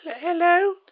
Hello